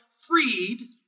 freed